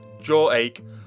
jawache